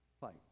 fight